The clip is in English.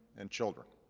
and children.